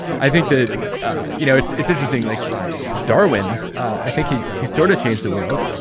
i think that you know it's it's interesting like darwin, i think, he he sort of changed the world,